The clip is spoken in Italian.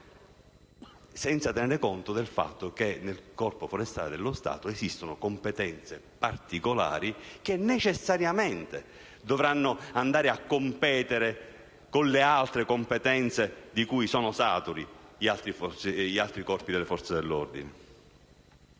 si tiene conto del fatto che nel Corpo forestale dello Stato esistono competenze particolari che necessariamente dovranno andare a competere con le altre competenze di cui sono saturi gli altri corpi delle Forze dell'ordine.